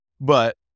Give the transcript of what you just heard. but-